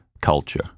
culture